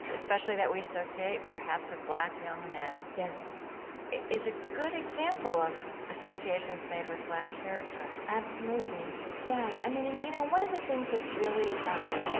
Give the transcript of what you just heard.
especially that we associate perhaps with black young men yes is a good example of associations made with black character absolutely. yeah. i mean, and, you know, one of the things that's really, um,